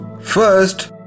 First